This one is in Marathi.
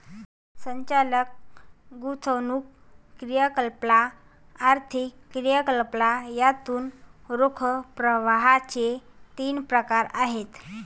संचालन, गुंतवणूक क्रियाकलाप, आर्थिक क्रियाकलाप यातून रोख प्रवाहाचे तीन प्रकार आहेत